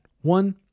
one